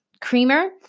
creamer